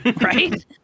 Right